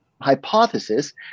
hypothesis